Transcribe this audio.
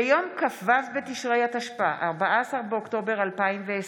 ביום כ"ו בתשרי התשפ"א, 14 באוקטובר 2020,